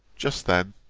just then,